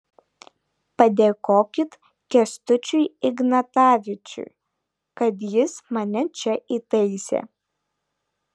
padėkokit kęstučiui ignatavičiui kad jis mane čia įtaisė